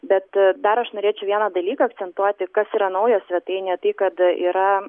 bet dar aš norėčiau vieną dalyką akcentuoti kas yra naujo svetainėje tai kad yra